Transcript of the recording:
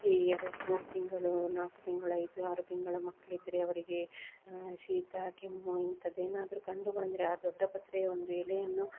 ಈ ಎರಡು ಮೂರು ತಿಂಗಳು ನಾಲ್ಕು ತಿಂಗಳು ಐದು ಆರು ತಿಂಗಳ ಮಕ್ಕಳಿದ್ರೆ ಅವ್ರಿಗೆ ಶೀತ ಕೆಮ್ಮು ಇಂಥದ್ದು ಏನಾದರು ಕಂಡು ಬಂದರೆ ಆ ದೊಡ್ಡಪತ್ರೆಯ ಒಂದು ಎಲೆಯನ್ನು